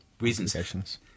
reasons